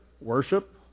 worship